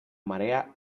marea